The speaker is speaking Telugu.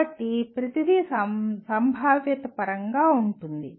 కాబట్టి ప్రతిదీ సంభావ్యత పరంగా ఉంటుంది